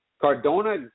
Cardona